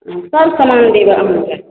हम सब समान देब अहाँके